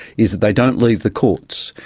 is that they don't leave the courts,